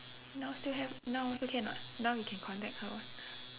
now still have now also can [what] now you can contact her [what]